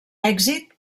èxit